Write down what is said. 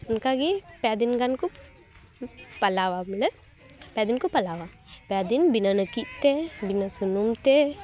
ᱚᱱᱠᱟᱜᱮ ᱯᱮᱫᱤᱱ ᱜᱟᱱ ᱠᱚ ᱯᱟᱞᱟᱣᱟ ᱵᱚᱞᱮ ᱯᱮᱫᱤᱱ ᱠᱚ ᱯᱟᱞᱟᱣᱟ ᱯᱮᱫᱤᱱ ᱵᱤᱱᱟᱹ ᱱᱟᱹᱠᱤᱡ ᱛᱮ ᱵᱤᱱᱟᱹ ᱥᱩᱱᱩᱢ ᱛᱮ